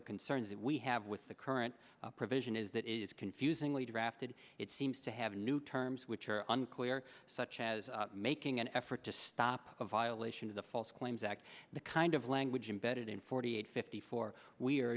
the concerns that we have with the current provision is that is confusingly drafted it seems to have new terms which are unclear such as making an effort to stop a violation of the false claims act the kind of language embedded in forty eight fifty four we